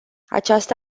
această